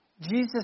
Jesus